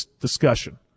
discussion